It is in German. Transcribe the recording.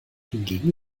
hingegen